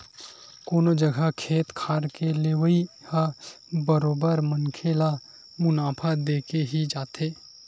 कोनो जघा खेत खार के लेवई ह बरोबर मनखे ल मुनाफा देके ही जाथे